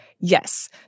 Yes